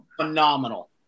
Phenomenal